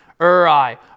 Uri